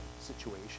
situation